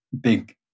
big